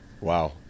wow